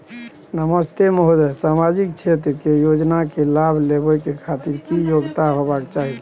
नमस्ते महोदय, सामाजिक क्षेत्र के योजना के लाभ लेबै के खातिर की योग्यता होबाक चाही?